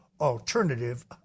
alternative